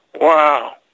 Wow